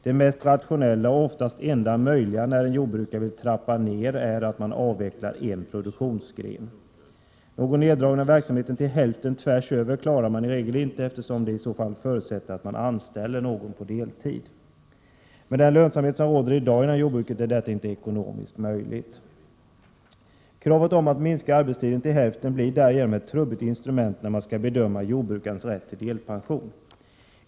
Det mest rationella och ofta enda möjliga när en jordbrukare vill trappa ner är att avveckla en produktionsgren. Någon neddragning av verksamheten till hälften tvärsöver klarar man i regel inte, eftersom det förutsätter att man anställer någon på deltid. Med den lönsamhet som råder i dag inom jordbruket är detta inte ekonomiskt möjligt. Kravet på att minska arbetstiden till hälften blir därigenom ett trubbigt instrument när man skall bedöma jordbrukarens rätt till delpension.